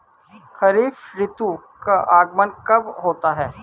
खरीफ ऋतु का आगमन कब होता है?